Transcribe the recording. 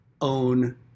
own